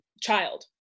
child